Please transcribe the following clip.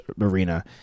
arena